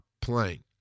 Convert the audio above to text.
playing